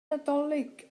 nadolig